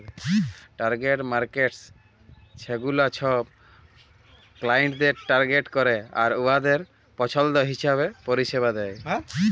target markets ছেগুলা ছব ক্লায়েন্টদের টার্গেট ক্যরে আর উয়াদের পছল্দ হিঁছাবে পরিছেবা দেয়